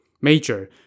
Major